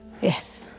Yes